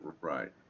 Right